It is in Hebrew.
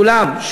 כולן,